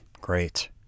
great